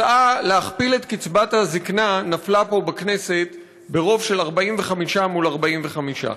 הצעה להכפיל את קצבת הזיקנה נפלה פה בכנסת ברוב של 45 מול 45,